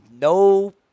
no